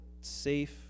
safe